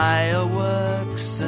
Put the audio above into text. Fireworks